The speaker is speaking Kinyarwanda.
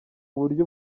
buryo